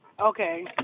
Okay